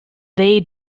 they